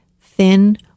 Thin